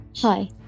Hi